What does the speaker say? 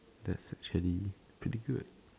that's actually pretty good